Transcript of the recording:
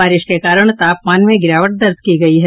बारिश के कारण तापमान में गिरावट दर्ज की गई है